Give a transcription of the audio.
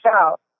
out